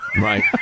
Right